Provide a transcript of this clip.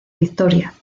victoria